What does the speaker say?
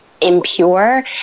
impure